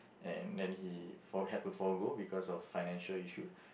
and then he for~ had to forgo because of financial issue